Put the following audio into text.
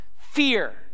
fear